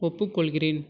ஒப்புக்கொள்கிறேன்